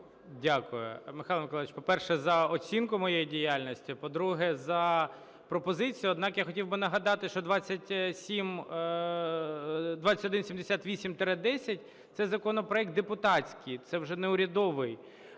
Дякую, Михайло Миколайович, по-перше, за оцінку моєї діяльності, по-друге, за пропозицію. Однак я хотів би нагадати, що 2178-10 – це законопроект депутатський, це вже не урядовий.